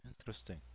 Interesting